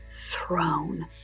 throne